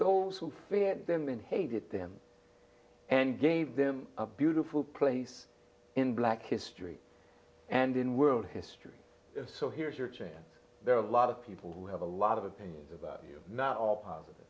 those who fear them and hated them and gave them a beautiful place in black history and in world history so here's your chance there are a lot of people who have a lot of opinions about you not all p